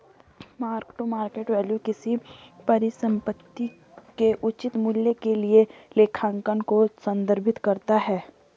mark to market value किसी परिसंपत्ति के उचित मूल्य के लिए लेखांकन को संदर्भित करता है